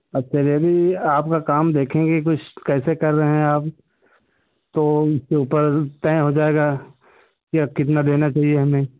अच्छा अभी आपका काम देखेंगे कुछ कैसे कर रहे हैं आप तो उसके ऊपर तय हो जाएगा कि अब कितना देना चाहिए हमे